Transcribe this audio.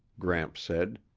gramps said.